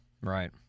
Right